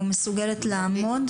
או שמסוגלת לעמוד